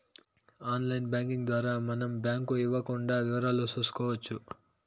online banking ద్వారా మనం bank ఇవ్వకుండా వివరాలు చూసుకోవచ్చు